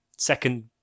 Second